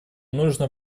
нужно